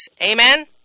Amen